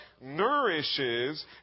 nourishes